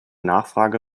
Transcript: nachfrage